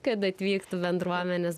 kad atvyktų bendruomenės